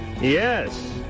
Yes